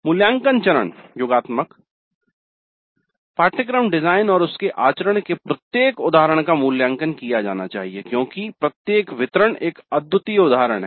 मूल्यांकन चरण योगात्मक पाठ्यक्रम डिजाइन और उसके आचरण के प्रत्येक उदाहरण का मूल्यांकन किया जाना चाहिए क्योंकि प्रत्येक वितरण एक अद्वितीय उदाहरण है